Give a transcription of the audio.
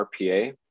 RPA